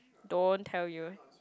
don't tell you